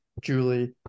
Julie